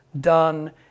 done